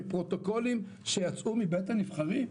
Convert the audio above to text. מפרוטוקולים שיצאו מבית הנבחרים.